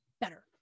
better